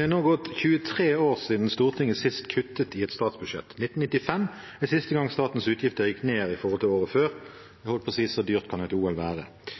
har nå gått 23 år siden Stortinget sist kuttet i et statsbudsjett. 1995 var siste gang statens utgifter gikk ned i forhold til året før. Jeg holdt på å si at så dyrt kan et OL være.